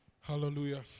Hallelujah